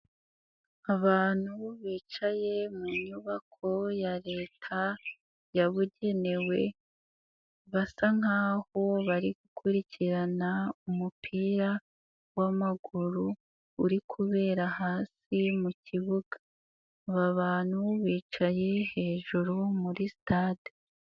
Abantu bicaye mu nyubako ya Leta yabugenewe, basa nk'aho bari gukurikirana umupira w'amaguru uri kubera hasi mu kibuga, abantu bicaye hejuru muri sitade.